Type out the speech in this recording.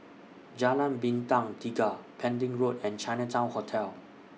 Jalan Bintang Tiga Pending Road and Chinatown Hotel